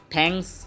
Thanks